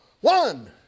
One